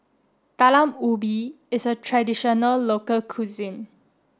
Talam Ubi is a traditional local cuisine